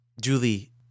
Julie